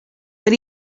but